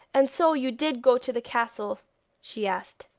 and so you did go to the castle she asked.